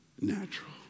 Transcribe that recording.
natural